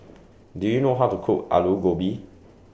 Do YOU know How to Cook Alu Gobi